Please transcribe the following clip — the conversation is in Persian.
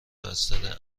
بستر